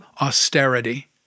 austerity